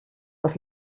das